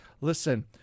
listen